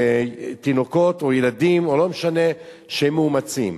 של תינוקות, או ילדים, או לא משנה, שהם מאומצים.